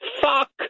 Fuck